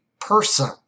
person